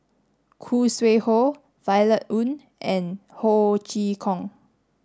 Khoo Sui Hoe Violet Oon and Ho Chee Kong